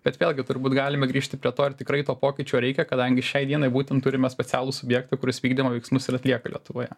bet vėlgi turbūt galime grįžti prie to ar tikrai to pokyčio reikia kadangi šiai dienai būtent turime specialų subjektą kuris vykdymo veiksmus ir atlieka lietuvoje